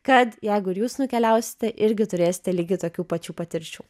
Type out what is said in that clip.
kad jeigu ir jūs nukeliausite irgi turėsite lygiai tokių pačių patirčių